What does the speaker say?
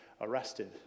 arrested